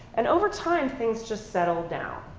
and over time, things just settle down.